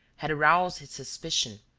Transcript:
had aroused his suspicion,